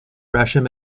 pressure